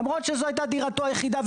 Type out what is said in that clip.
למרות שזו הייתה דירתו היחידה,